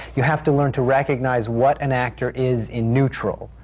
you have to learn to recognize what an actor is in neutral,